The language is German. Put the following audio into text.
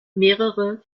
mehrere